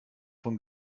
von